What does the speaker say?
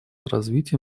развития